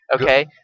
Okay